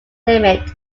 limit